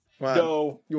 No